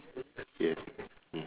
yes yes mmhmm